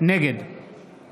נגד